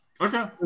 Okay